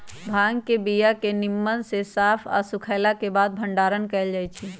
भांग के बीया के निम्मन से साफ आऽ सुखएला के बाद भंडारण कएल जाइ छइ